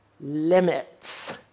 Limits